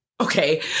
Okay